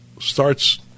starts